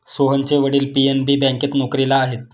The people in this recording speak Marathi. सोहनचे वडील पी.एन.बी बँकेत नोकरीला आहेत